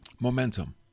momentum